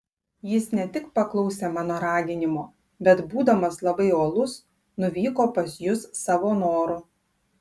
jis ne tik paklausė mano raginimo bet būdamas labai uolus nuvyko pas jus savo noru